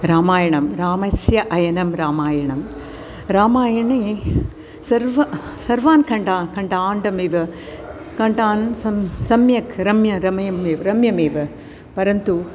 रामायणं रामस्य अयनं रामायणं रामायणे सर्व सर्वाः खण्डा काण्डाः काण्डाः सम् सम्यक् रम्य रमय रम्यमेव परन्तु